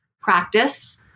practice